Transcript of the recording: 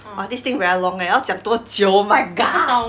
!wah! this thing very long leh 要讲多久 oh my ga~